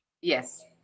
yes